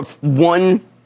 one